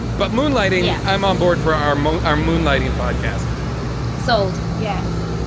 but moonlighting. i'm onboard for our among our moonlighting podcast sold? yes